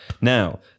Now